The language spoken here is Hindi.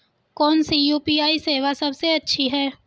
कौन सी यू.पी.आई सेवा सबसे अच्छी है?